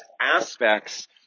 aspects